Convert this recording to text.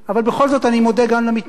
אבל בכל זאת אני מודה גם למתנגדים,